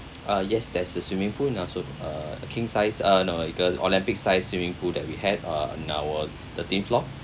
uh yes there's a swimming pool also uh a king size uh no the olympic sized swimming pool that we had uh in our thirteenth floor